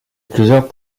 plusieurs